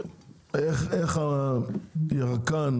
איך הירקן,